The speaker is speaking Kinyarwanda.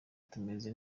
tumeze